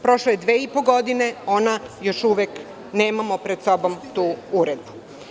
Prošlo je dve i po godine a mi još uvek nemamo pred sobom tu uredbu.